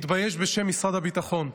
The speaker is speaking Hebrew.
מתבייש בשם משרד הביטחון.